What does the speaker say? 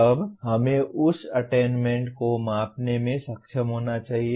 तब हमें उस अटेन्मेन्ट को मापने में सक्षम होना चाहिए